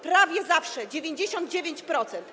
Prawie zawsze, w 99%.